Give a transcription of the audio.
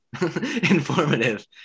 informative